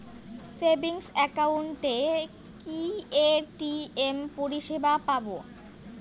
Savings একাউন্টে কি ATM পরিসেবা পাব?